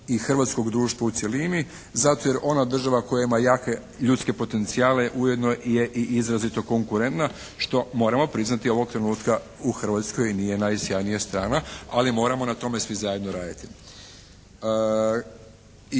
hrvatskog društva u cjelini zato jer ona država koja ima jake ljudske potencijale ujedno je i izrazito konkurentna što moramo priznati ovog trenutka u Hrvatskoj nije najsjajnija strana. Ali moramo na tome svi zajedno raditi.